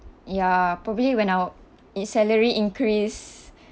ya probably when our i~ salary increase